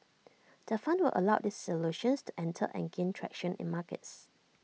the fund will allow these solutions to enter and gain traction in markets